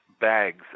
bags